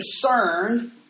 concerned